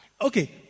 Okay